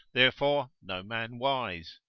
therefore no man wise.